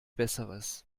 besseres